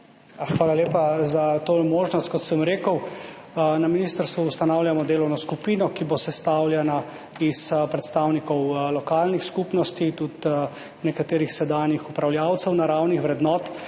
Hvala lepa za to možnost. Kot sem rekel, na ministrstvu ustanavljamo delovno skupino, ki bo sestavljena iz predstavnikov lokalnih skupnosti, tudi nekaterih sedanjih upravljavcev naravnih vrednot.